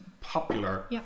popular